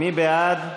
מי בעד?